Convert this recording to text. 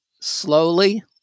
slowly